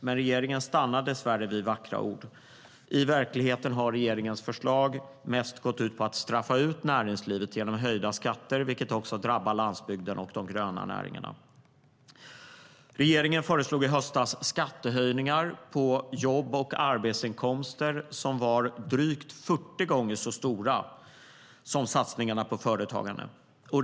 Men regeringen stannar dessvärre vid vackra ord.I verkligheten har regeringens förslag mest gått ut på att straffa ut näringslivet genom höjda skatter, vilket också drabbar landsbygden och de gröna näringarna. Regeringen föreslog i höstas skattehöjningar på jobb och arbetsinkomster som var drygt 40 gånger så stora som satsningarna på företagande.